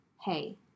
hey